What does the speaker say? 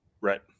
right